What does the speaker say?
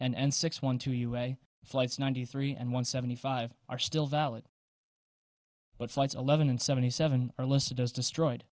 s and six one two u s flights ninety three and one seventy five are still valid but flights eleven and seventy seven are listed as destroyed